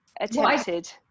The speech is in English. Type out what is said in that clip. attempted